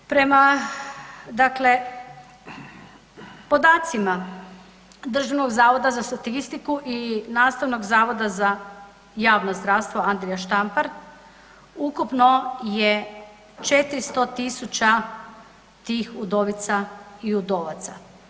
Prema dakle podacima Državnog zavoda za statistiku i Nastavnog zavoda za javno zdravstvo Andrija Štampar ukupno je 400.000 tih udovica i udovaca.